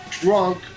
drunk